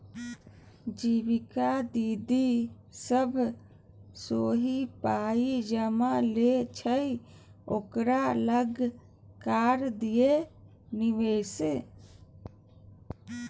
जीविका दीदी सभ सेहो पाय जमा लै छै ओकरे लग करि दियौ निवेश